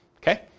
Okay